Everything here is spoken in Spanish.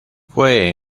fue